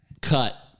cut